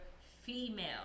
female